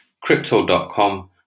Crypto.com